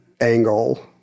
angle